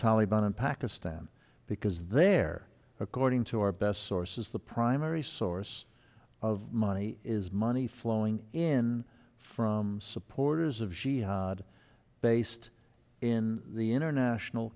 taliban in pakistan because there according to our best sources the primary source of money is money flowing in from supporters of jihad based in the international